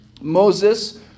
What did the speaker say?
Moses